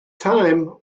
time